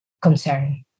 concern